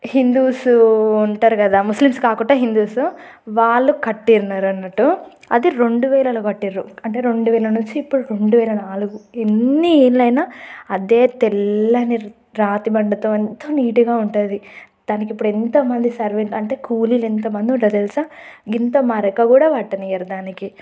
Hindus ఉంటారు కదా Muslims కాకుండా హిందూస్ వాళ్ళు కట్టినారు అన్నట్టు అయితే రెండు వేలలో కటిరు అంటే రెండు వేల నుంచి ఇప్పటికీ రెండు వేల నాలుగు ఎన్ని ఏళ్ళుయినా అదే తెల్లని రాతి బండతో మొత్తం నీట్గా ఉంటుంది దానికిప్పుడెంత మంది సర్వెంట్ అంటే కూలీలు ఎంతమంది ఉంటారో తెలుసా ఇంత మరక కూడా పట్టనీయ్యరు దానికి